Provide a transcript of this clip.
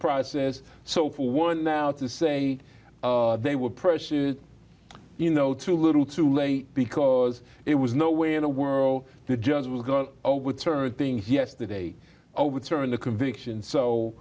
process so for one now to say they were pressured you know too little too late because it was no way in a world that just was gone overturned things yesterday overturned the conviction so